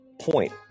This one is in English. Point